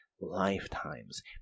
lifetimes